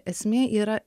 esmė yra